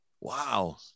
Wow